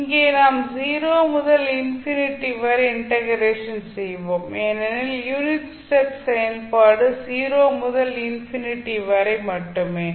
இங்கே நாம் 0 முதல் இன்பினிடி வரை இன்டெக்ரேஷன் செய்வோம் ஏனெனில் யூனிட் ஸ்டெப் செயல்பாடு 0 முதல் வரை இன்பினிடி வரை மட்டுமே